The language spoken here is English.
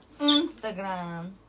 instagram